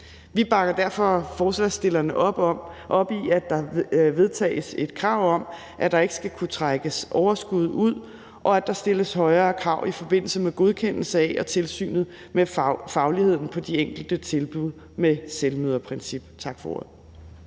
Vi bakker derfor forslagsstillerne op i, at der vedtages et krav om, at der ikke skal kunne trækkes overskud ud, og at der stilles højere krav i forbindelse med godkendelse af og tilsynet med fagligheden på de enkelte tilbud med selvmøderprincip. Tak for ordet.